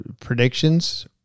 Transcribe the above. predictions